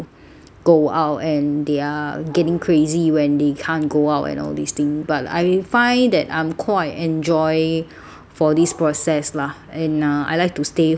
go out and they are getting crazy when they can't go out and all these thing but I find that I'm quite enjoy for this process lah and uh I like to stay home